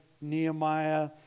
Nehemiah